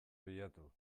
bilatu